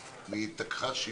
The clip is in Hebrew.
מתקש"חים,